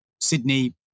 Sydney